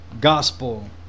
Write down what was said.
gospel